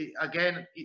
again